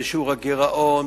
בשיעור הגירעון,